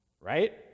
Right